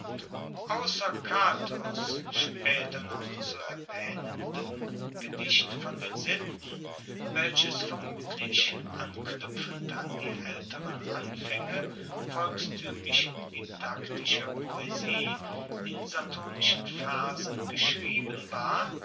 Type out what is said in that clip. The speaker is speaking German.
ausser catos spaeter noch zu erwaehnendem gedicht von den sitten welches vermutlich anknuepfend an die aelteren anfaenge volkstuemlich didaktischer poesie in saturnischen versen geschrieben war